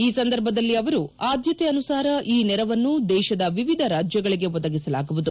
ಈ ಸಂದರ್ಭದಲ್ಲಿ ಅವರು ಆದ್ದತೆ ಅನುಸಾರ ಈ ನೆರವನ್ನು ದೇಶದ ವಿವಿಧ ರಾಜ್ಯಗಳಿಗೆ ಒದಗಿಸಲಾಗುವುದು